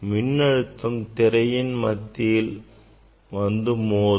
மின்னழுத்தம் திரையின் மத்தியில் வந்து மோதும்